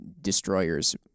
destroyers